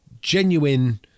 genuine